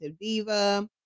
Diva